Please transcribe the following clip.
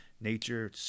Nature